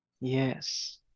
Yes